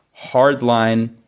hardline